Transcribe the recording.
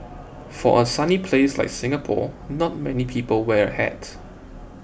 for a sunny place like Singapore not many people wear a hat